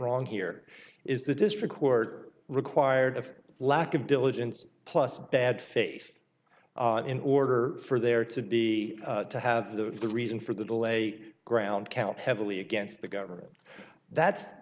wrong here is the district court required a lack of diligence plus bad faith in order for there to be to have the the reason for the delay ground count heavily against the government that